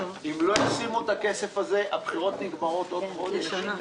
אם לא ישימו את הכסף הזה הבחירות נגמרות בעוד חודש,